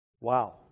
Wow